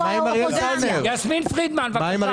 יסמין פרידמן, בבקשה.